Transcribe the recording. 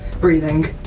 breathing